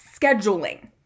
scheduling